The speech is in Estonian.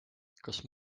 kas